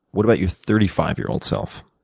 what about your thirty five year old self?